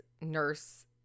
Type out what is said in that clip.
nurse